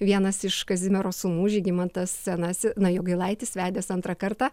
vienas iš kazimiero sūnų žygimantas senasi na jogailaitis vedęs antrą kartą